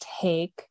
take